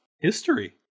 History